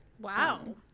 Wow